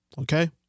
Okay